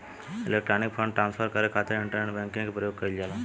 electronic fund transfer करे खातिर internet banking के प्रयोग कईल जाला